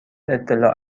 اطلاع